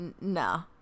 no